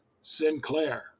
Sinclair